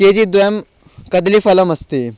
के जि द्वयं कदलीफलमस्ति